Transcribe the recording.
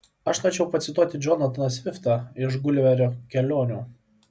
aš norėčiau pacituoti džonataną sviftą iš guliverio kelionių